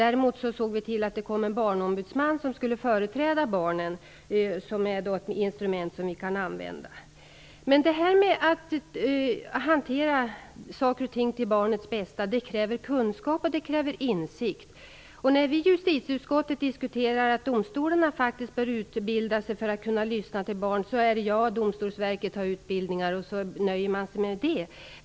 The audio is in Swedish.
Däremot såg vi i den förra regeringen till att det tillsattes en barnombudsman som fick i uppgift att företräda barnen. Barnombudsmannen är ett instrument som vi kan använda. Om man skall kunna hantera saker och ting till barnets bästa krävs det kunskap och insikt. När vi i justitieutskottet diskuterar att domstolarna faktiskt bör utbildas för att kunna lyssna på barn, så säger man att Domstolsverket bedriver utbildning, och så nöjer man sig med det.